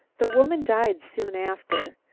the woman died soon after.